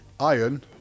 Iron